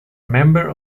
member